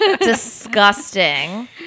Disgusting